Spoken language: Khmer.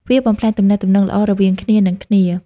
វាបំផ្លាញទំនាក់ទំនងល្អរវាងគ្នានឹងគ្នា។